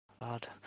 God